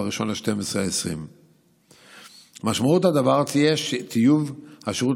ב-1 בדצמבר 2020. משמעות הדבר תהיה טיוב השירות